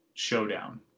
showdown